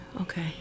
Okay